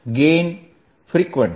gain frequency